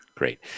Great